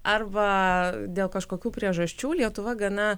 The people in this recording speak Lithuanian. arba dėl kažkokių priežasčių lietuva gana